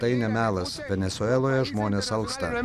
tai ne melas venesueloje žmonės alksta